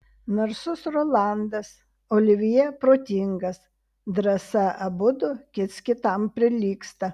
narsus rolandas olivjė protingas drąsa abudu kits kitam prilygsta